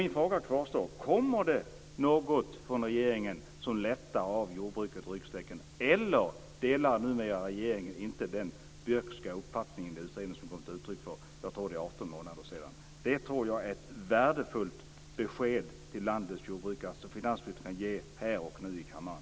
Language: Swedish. Min fråga kvarstår: Kommer det något från regeringen som lättar på ryggsäcken åt jordbruket, eller delar inte regeringen numera den Björkska uppfattningen sådan den kom till uttryck för i utredningen för 18 månader sedan? Det tror jag är ett värdefullt besked till landets jordbrukare som finansministern kan ge här och nu i kammaren.